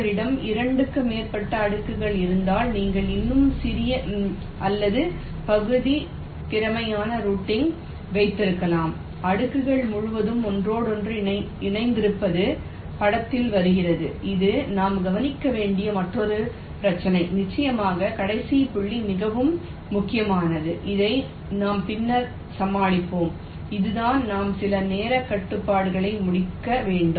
உங்களிடம் 2 க்கும் மேற்பட்ட அடுக்குகள் இருந்தால் நீங்கள் இன்னும் சிறிய அல்லது பகுதி திறமையான ரூட்டிங் வைத்திருக்கலாம் அடுக்குகள் முழுவதும் ஒன்றோடொன்று இணைந்திருப்பது படத்தில் வருகிறது இது நாம் கவனிக்க வேண்டிய மற்றொரு பிரச்சினை நிச்சயமாக கடைசி புள்ளி மிகவும் முக்கியமானது இதை நாம் பின்னர் சமாளிப்போம் இதுதான் நாம் சில நேரக் கட்டுப்பாடுகளை முடிக்க வேண்டும்